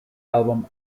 album